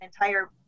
entire